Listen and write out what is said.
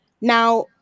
Now